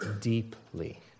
deeply